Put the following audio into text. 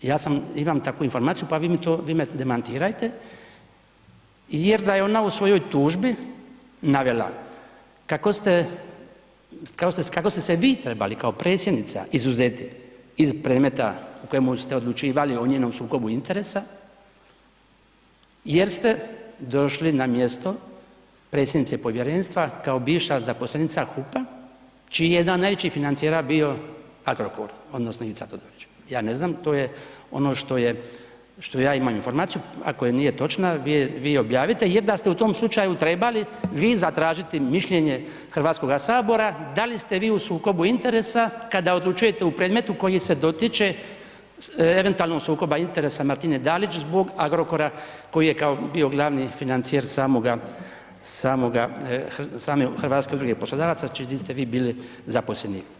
Ja sam, imam takvu informaciju, pa vi mi to, vi me demantirajte jer da je ona u svojoj tužbi navela kako ste se vi trebali kao predsjednica izuzeti iz predmeta u kojemu ste odlučivali o njenom sukobu interesa jer ste došli na mjesto predsjednice povjerenstva kao bivša zaposlenica HUP-a čiji je jedan od najvećih financijera bio Agrokor odnosno Ivica Todorić, ja ne znam, to je ono što je, što ja imam informaciju, ako je nije točna, vi je objavite, je da ste u tom slučaju trebali vi zatražiti mišljenje HS da li ste vi u sukobu interesa kada odlučujete u predmetu koji se dotiče eventualnog sukoba interesa Martine Dalić zbog Agrokora koji je kao bio glavni financijer samoga, samoga, same HUP-a čiji ste vi bili zaposlenik.